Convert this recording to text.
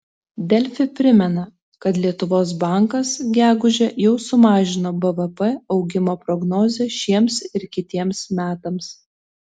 delfi primena kad lietuvos bankas gegužę jau sumažino bvp augimo prognozę šiems ir kitiems metams